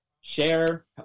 share